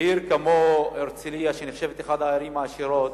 כמו הרצלייה, שנחשבת לאחת הערים העשירות,